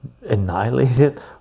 annihilated